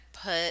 put